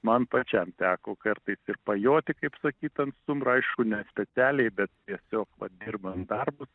man pačiam teko kartais ir pajoti kaip sakyt ant stumbro ne specialiai bet tiesiog vat dirbant darbus